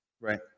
Right